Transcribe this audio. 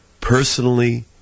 personally